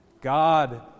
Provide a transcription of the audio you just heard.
God